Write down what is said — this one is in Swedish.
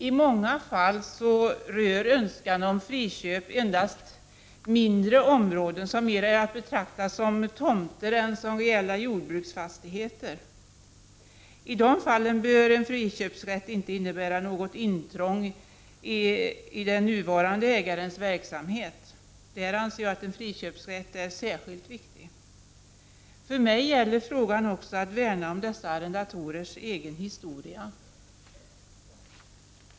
I många fall rör önskan om friköp endast mindre områden som mera är att betrakta som tomter än som reella jordbruksfastigheter. I de fallen bör en friköpsrätt inte innebära något intrång i den nuvarande ägarens verksamhet. Jag anser att friköpsrätten är särskilt viktig i de fallen. För mig gäller frågan också att värna om arrendatorernas egen historia.